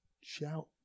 shout